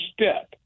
step